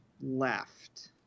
left